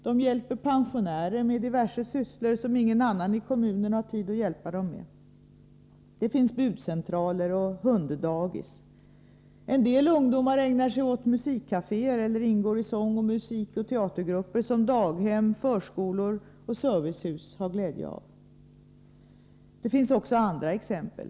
De hjälper pensionärer med diverse sysslor, som ingen annan i kommunen har tid att hjälpa pensionärerna med. Det finns budcentraler och hunddagis. En del ungdomar ägnar sig åt musikcaféer eller ingår i sång-, musikoch teatergrupper, som daghem, förskolor och servicehus har glädje av. Det finns även andra exempel.